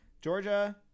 Georgia